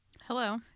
Hello